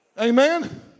Amen